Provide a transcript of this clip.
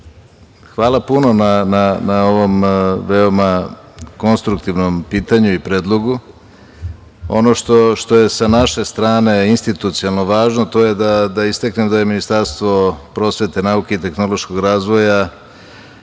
na ovom veoma konstruktivnom pitanju i predlogu. Ono što je sa naše strane institucionalno važno to je da istaknem da je Ministarstvo prosvete, nauke i tehnološkog razvoja